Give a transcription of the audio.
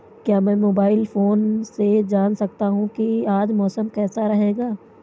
क्या मैं mobile phone से जान सकता हूँ कि आज मौसम कैसा रहेगा?